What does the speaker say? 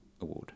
award